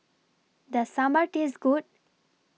Does Sambar Taste Good